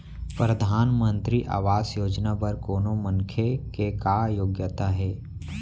परधानमंतरी आवास योजना बर कोनो मनखे के का योग्यता हे?